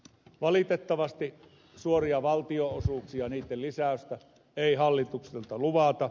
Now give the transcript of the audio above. valitettavasti suoria valtionosuuksia niitten lisäystä ei hallituksesta luvata